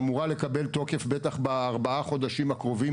שאמורה לקבל תוקף בטח בארבעה חודשים הקרובים,